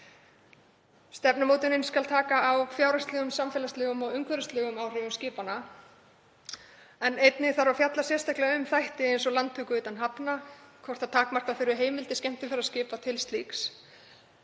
Stefnumótunin skal taka á fjárhagslegum, samfélagslegum og umhverfislegum áhrifum skipanna. Þá þarf einnig að fjalla sérstaklega um þætti eins og landtöku utan hafna og hvort takmarka þurfi heimildir skemmtiferðaskipa til slíks;